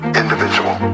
individual